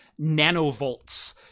nanovolts